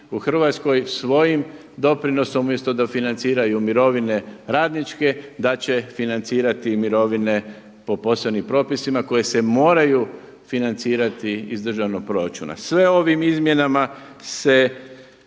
u Hrvatskoj svojim doprinosom umjesto da financiraju mirovine radničke da će financirati i mirovine po posebnim propisima koje se moraju financirati iz državnog proračuna. Sve ovim izmjenama se